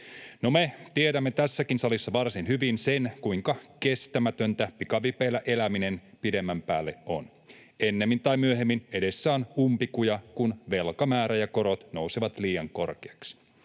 me tiedämme tässäkin salissa varsin hyvin sen, kuinka kestämätöntä pikavipeillä eläminen pidemmän päälle on. Ennemmin tai myöhemmin edessä on umpikuja, kun velkamäärä ja korot nousevat liian korkeiksi.